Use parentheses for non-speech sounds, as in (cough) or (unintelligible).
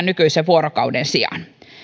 (unintelligible) nykyisen vuorokauden sijaan